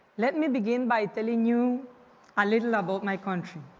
let me begin by telling you a little about my country.